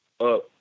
up